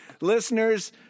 listeners